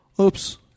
Oops